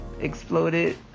exploded